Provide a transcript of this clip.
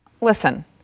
listen